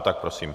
Tak prosím.